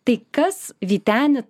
tai kas vyteni